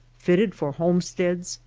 fitted for homesteads,